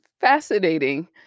fascinating